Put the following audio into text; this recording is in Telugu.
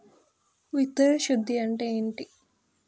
విత్తన శుద్ధి అంటే ఏంటి?